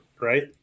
right